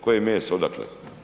Koje meso, odakle?